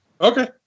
Okay